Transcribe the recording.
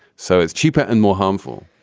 so it's cheaper and more harmful